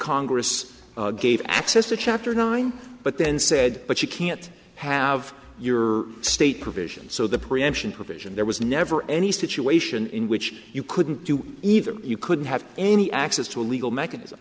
congress gave access to chapter nine but then said but you can't have your state provisions so the preemption provision there was never any situation in which you couldn't do either you couldn't have any access to a legal mechanism